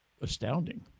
astounding